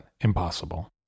impossible